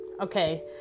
okay